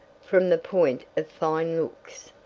from the point of fine looks.